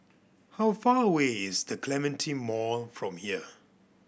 how far away is The Clementi Mall from here